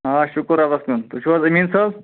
آ شکر رۄبس کُن تُہۍ چھو حظ امیٖن صوب